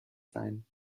sein